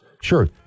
sure